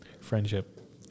Friendship